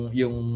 yung